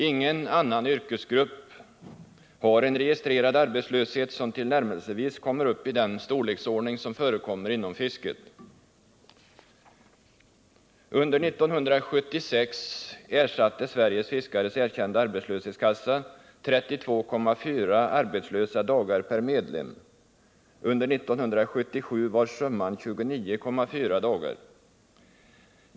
Ingen annan yrkesgrupp har en registrerad arbetslöshet, som tillnärmelsevis kommer uppii den storleksordning som förekommer inom fisket. Under 1976 ersatte Sveriges fiskares erkända arbetslöshetskassa 32,4 arbetslösa dagar per medlem, under 1977 var summan 29,4 dagar.